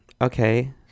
Okay